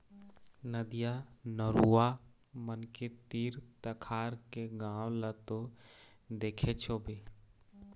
नदिया, नरूवा मन के तीर तखार के गाँव ल तो देखेच होबे